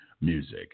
music